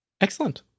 Excellent